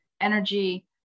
energy